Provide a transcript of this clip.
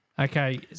Okay